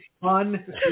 fun